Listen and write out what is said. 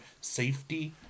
safety